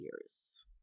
years